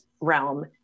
realm